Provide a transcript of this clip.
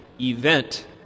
event